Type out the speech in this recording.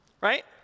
Right